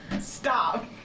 Stop